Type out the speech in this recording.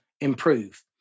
improve